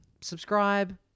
Subscribe